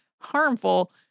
harmful